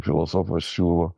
filosofas siūlo